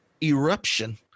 eruption